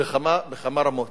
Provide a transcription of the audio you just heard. בכמה רמות: